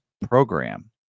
program